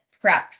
prep